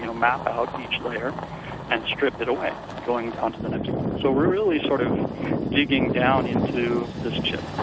you know map out each layer and strip it away, going down to the next one. so we're really sort of digging down into this chip.